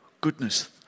goodness